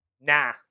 nah